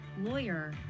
lawyer